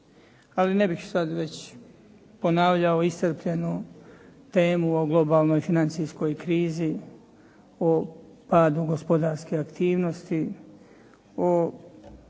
ali ne bih sad već ponavljao iscrpljenu temu o globalnoj financijskoj krizi, o padu gospodarske aktivnosti, o